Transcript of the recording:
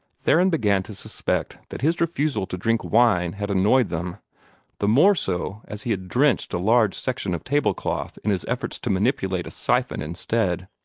theron began to suspect that his refusal to drink wine had annoyed them the more so as he had drenched a large section of table-cloth in his efforts to manipulate a siphon instead.